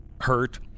hurt